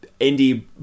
indie